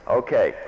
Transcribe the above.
okay